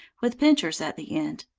with pincers at the end,